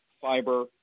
fiber